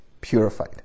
purified